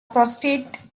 prostate